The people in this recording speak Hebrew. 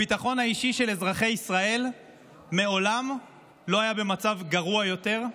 הביטחון האישי של אזרחי ישראל מעולם לא היה במצב גרוע יותר,